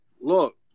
look